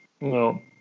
No